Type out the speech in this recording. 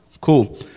Cool